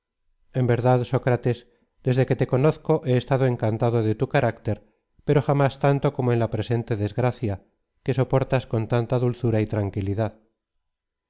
en verdad sócrates desde que te conozco he estado encantado de tu carácter pero jamás tanto como en la presente desgracia que soportas con tanta dulzura y tranquilidad